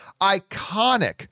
iconic